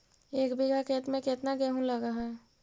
एक बिघा खेत में केतना गेहूं लग है?